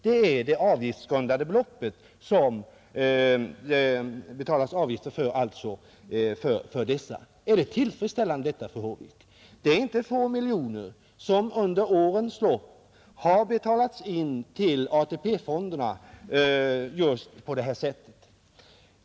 Det är det avgiftsgrundande beloppet. Är detta tillfredsställande, fru Håvik? Det är inte få miljoner som under årens lopp har betalats till ATP-fonderna just på det här sättet.